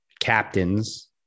Captains